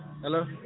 Hello